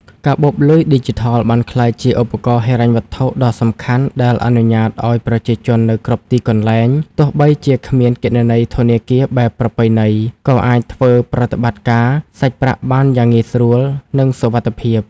កាបូបលុយឌីជីថលបានក្លាយជាឧបករណ៍ហិរញ្ញវត្ថុដ៏សំខាន់ដែលអនុញ្ញាតឱ្យប្រជាជននៅគ្រប់ទីកន្លែង ទោះបីជាគ្មានគណនីធនាគារបែបប្រពៃណី ក៏អាចធ្វើប្រតិបត្តិការសាច់ប្រាក់បានយ៉ាងងាយស្រួល និងសុវត្ថិភាព។